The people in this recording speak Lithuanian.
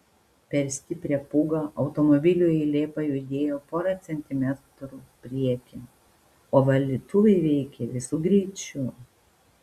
per stiprią pūgą automobilių eilė pajudėjo porą centimetrų priekin o valytuvai veikė visu greičiu